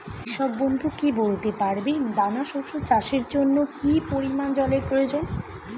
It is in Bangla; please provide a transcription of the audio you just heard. কৃষক বন্ধু কি বলতে পারবেন দানা শস্য চাষের জন্য কি পরিমান জলের প্রয়োজন?